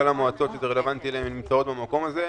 כלל המועצות שזה רלוונטי להן נמצאות במקום הזה.